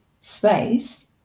space